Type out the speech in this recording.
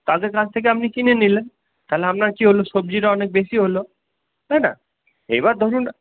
তাদের কাছ থেকে আপনি কিনে নিলেন তাহলে আপনার কি হল সবজিটা অনেকটা বেশি হল তাই না এবার ধরুন